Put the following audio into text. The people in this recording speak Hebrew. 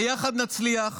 ביחד נצליח